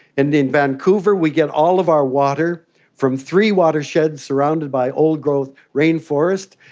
and in vancouver we get all of our water from three watersheds surrounded by old-growth rainforest,